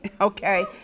Okay